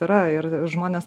yra ir žmonės